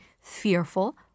fearful